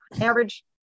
average